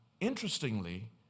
interestingly